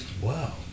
Wow